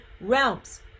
realms